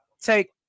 take